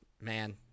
man